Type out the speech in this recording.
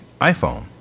iPhone